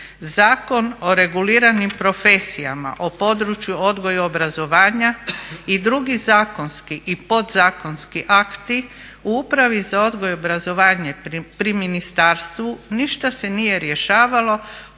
Zakon o reguliranim profesijama o području odgoja i obrazovanja i drugi zakonski i podzakonski akti u upravi za odgoj i obrazovanje pri ministarstvu ništa se nije rješavalo,